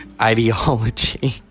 ideology